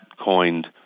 coined